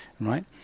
right